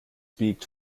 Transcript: biegt